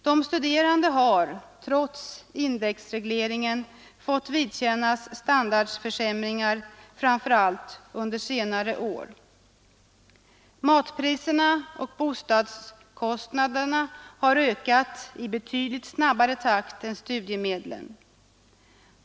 De studerande har, trots indexregleringen, fått vidkännas standardförsämringar framför allt under senare år. Matpriserna och bostadskostnaderna har ökat i betydligt snabbare takt än studiemedlen.